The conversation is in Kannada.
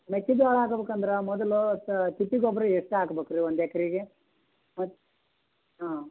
ಮೆಕ್ಕೆಜೋಳ ಹಾಕ್ಬೇಕಂದ್ರಾ ಮೊದಲು ತಿಪ್ಪೆ ಗೊಬ್ಬರ ಎಷ್ಟು ಹಾಕ್ಬೇಕ್ರೀ ಒಂದು ಎಕ್ರಿಗೆ ಮತ್ತು ಹಾಂ